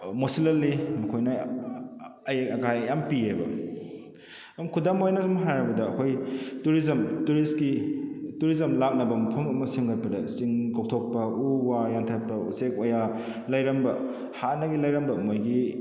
ꯃꯣꯠꯁꯤꯜꯍꯜꯂꯤ ꯃꯈꯣꯏꯅ ꯑꯌꯦꯠ ꯑꯀꯥꯏ ꯌꯥꯝ ꯄꯤꯑꯦꯕ ꯑꯗꯨꯝ ꯈꯨꯗꯝ ꯑꯣꯏꯅ ꯁꯨꯝ ꯍꯥꯏꯔꯕꯗ ꯑꯩꯈꯣꯏ ꯇꯨꯔꯤꯖꯝ ꯇꯨꯔꯤꯁꯀꯤ ꯇꯨꯔꯤꯖꯝ ꯂꯥꯛꯅꯕ ꯃꯐꯝ ꯑꯃ ꯁꯦꯝꯒꯠꯄꯗ ꯆꯤꯡ ꯀꯣꯛꯊꯣꯛꯄ ꯎ ꯋꯥ ꯌꯥꯟꯊꯠꯄ ꯎꯆꯦꯛ ꯋꯥꯌꯥ ꯂꯩꯔꯝꯕ ꯍꯥꯟꯅꯒꯤ ꯂꯩꯔꯝꯕ ꯃꯣꯏꯒꯤ